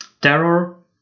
terror